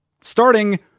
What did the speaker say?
starting